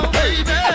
baby